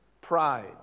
pride